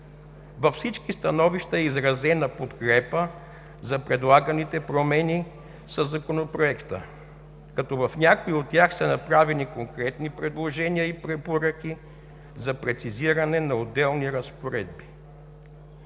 Във всичките становища е изразена подкрепа за предлаганите промени със Законопроекта, като в някои от тях са направени конкретни предложения и препоръки за прецизиране на отделни разпоредби.